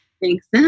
Thanks